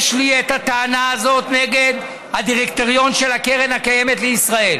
יש לי את הטענה הזו נגד הדירקטוריון של הקרן הקיימת לישראל: